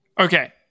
Okay